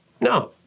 No